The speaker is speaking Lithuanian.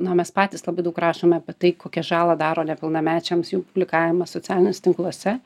na mes patys labai daug rašome apie tai kokią žalą daro nepilnamečiams jų publikavimas socialiniuose tinkluose